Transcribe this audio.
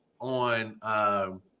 on